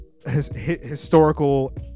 historical